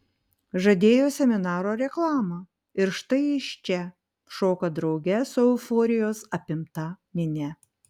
žadėjo seminaro reklama ir štai jis čia šoka drauge su euforijos apimta minia